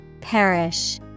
Perish